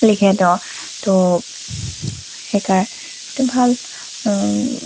লিখে তেওঁ তো সেইকাৰ এইটো ভাল